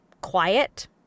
quiet